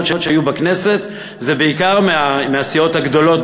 שהיו בכנסת היו בעיקר מהסיעות הגדולות,